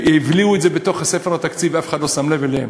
שהבליעו את זה בתוך ספר התקציב ואף אחד לא שם לב אליהן?